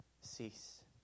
Cease